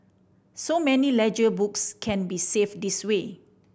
so many ledger books can be saved this way